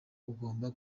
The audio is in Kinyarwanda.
ugomba